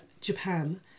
Japan